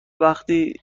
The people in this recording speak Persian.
وقتی